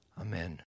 Amen